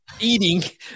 eating